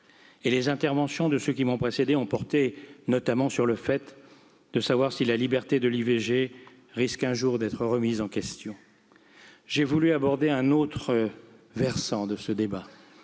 et les interventions de ceux qui m'ont précédé ont porté notamment sur le fait de savoir si la liberté de l'i v g risque un jour d'être remise en question. J'ai voulu aborder un autre versant de ce débat